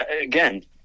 again